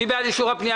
מי בעד אישור הפנייה?